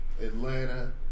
Atlanta